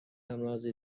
امراض